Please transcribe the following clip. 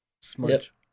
Smudge